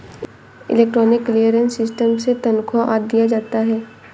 electronic clearance system से तनख्वा आदि दिया जाता है